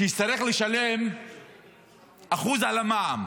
שיצטרך לשלם אחוז על המע"מ?